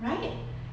right